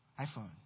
iPhone